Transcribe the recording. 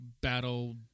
Battle